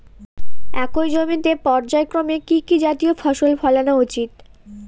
একই জমিতে পর্যায়ক্রমে কি কি জাতীয় ফসল ফলানো উচিৎ?